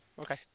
Okay